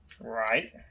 Right